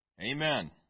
Amen